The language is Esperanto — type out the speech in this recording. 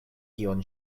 kion